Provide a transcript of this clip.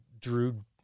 drew